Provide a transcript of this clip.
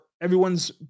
everyone's